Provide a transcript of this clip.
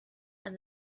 and